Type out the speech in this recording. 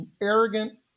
arrogant